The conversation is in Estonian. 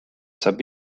saab